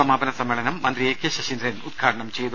സമാപന സമ്മേളനം മന്ത്രി എ കെ ശശീന്ദ്രൻ ഉദ്ഘാടനം ചെയ്തു